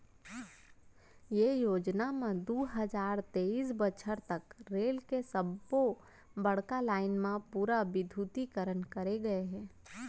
ये योजना म दू हजार तेइस बछर तक रेल के सब्बो बड़का लाईन म पूरा बिद्युतीकरन करे गय हे